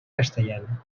castellana